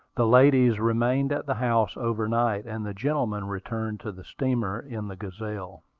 the ladies remained at the house overnight, and the gentlemen returned to the steamer in the gazelle.